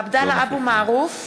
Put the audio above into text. (קוראת בשמות חברי הכנסת) עבדאללה אבו מערוף,